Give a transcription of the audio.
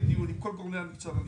דיון עם כל גורמי המקצוע במשרד.